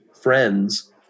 friends